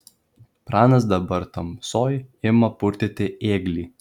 pranas dabar tamsoj ima purtyti ėglį